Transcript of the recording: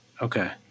Okay